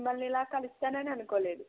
మిమ్మల్ని ఇలా కలుస్తానని అనుకోలేదు